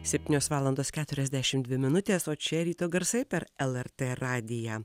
septynios valandos keturiasdešim dvi minutės o čia ryto garsai per lrt radiją